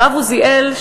הרב עוזיאל,